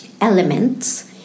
elements